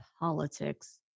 politics